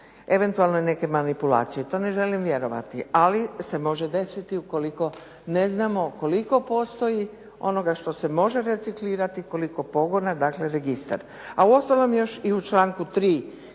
eventualne neke manipulacije. To ne želim vjerovati. Ali se može desiti ukoliko ne znamo koliko postoji onoga što se može reciklirati, koliko pogona, dakle registar. A uostalom još i u članku 3.